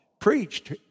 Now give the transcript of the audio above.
preached